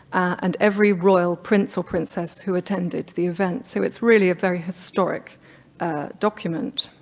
and every royal prince or princess who attended the event, so it's really a very historic document.